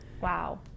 Wow